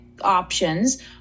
options